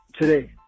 today